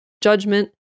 judgment